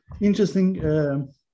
interesting